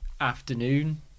afternoon